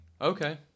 Okay